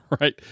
right